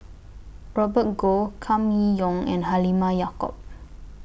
Robert Goh Kam Kee Yong and Halimah Yacob